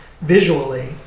visually